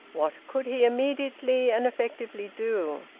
what could he immediately and effectively do?